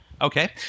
Okay